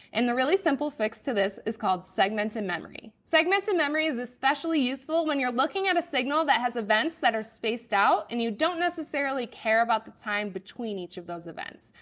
and the really simple fix to this is called segmented memory. segmented memory is especially useful when you're looking at a signal that has events that are spaced out and you don't necessarily care about the time between each of those events.